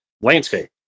landscape